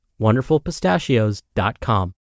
wonderfulpistachios.com